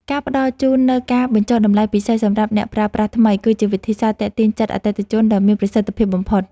ការផ្ដល់ជូននូវការបញ្ចុះតម្លៃពិសេសសម្រាប់អ្នកប្រើប្រាស់ថ្មី គឺជាវិធីសាស្ត្រទាក់ទាញចិត្តអតិថិជនដ៏មានប្រសិទ្ធភាពបំផុត។